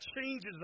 changes